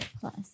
plus